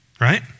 right